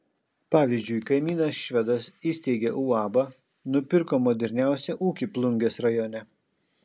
pavyzdžiui kaimynas švedas įsteigė uabą nupirko moderniausią ūkį plungės rajone